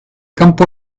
campo